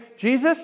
Jesus